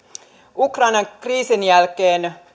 ukrainan kriisin jälkeen